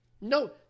No